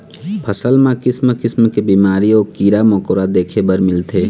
फसल म किसम किसम के बिमारी अउ कीरा मकोरा देखे बर मिलथे